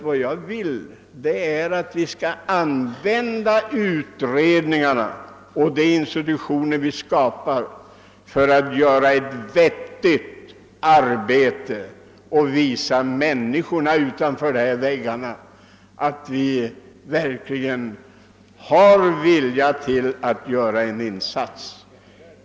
Vad jag vill är att vi skall använda utredningar och de institutioner vi skapat för att göra ett vettigt arbete och visa människorna utanför dessa väggar, att vi verkligen har viljan att göra en insats.